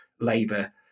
Labour